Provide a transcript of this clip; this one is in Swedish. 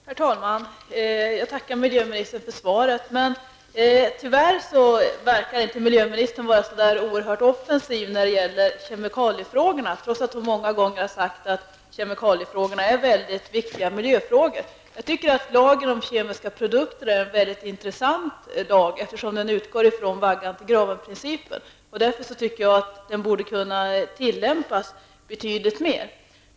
Herr talman! Jag tackar miljöministern för svaret, men tyvärr verkar inte miljöministern så oerhört offensiv när det gäller kemikaliefrågorna, trots att hon många gånger har sagt att kemikaliefrågorna är väldigt viktiga miljöfrågor. Jag tycker att lagen om kemiska produkter är en mycket intressant lag, eftersom den utgår från vaggan-till-gravenprincipen. Den borde enligt min uppfattning därför kunna tillämpas i betydligt större omfattning.